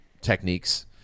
techniques